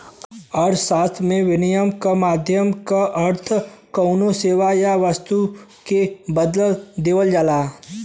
अर्थशास्त्र में, विनिमय क माध्यम क अर्थ कउनो सेवा या वस्तु के बदले देवल जाला